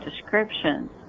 descriptions